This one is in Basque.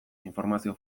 informazio